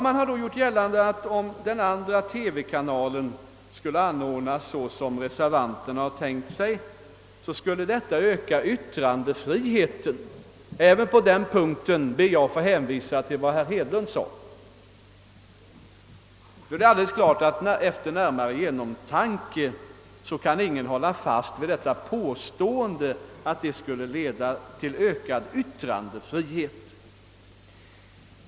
Man har gjort gällande att om den andra TV-kanalen skulle anordnas så som reservanterna har tänkt sig, skulle detta öka yttrandefriheten. även på den punkten ber jag att få hänvisa till vad herr Hedlund sade. Vid närmare eftertanke kan ingen hålla fast vid påståendet att detta skulle leda till ökad yttrandefrihet.